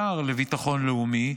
השר לביטחון לאומי,